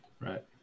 right